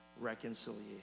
reconciliation